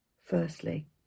Firstly